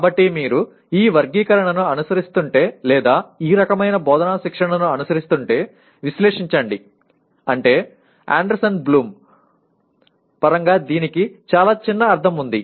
కాబట్టి మీరు ఈ వర్గీకరణను అనుసరిస్తుంటే లేదా ఈ రకమైన బోధనా శిక్షణను అనుసరిస్తుంటే విశ్లేషించండి అంటే అండర్సన్ మరియు బ్లూమ్ పరంగా దీనికి చాలా చిన్న అర్థం ఉంది